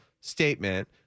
statement